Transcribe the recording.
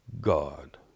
God